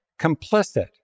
complicit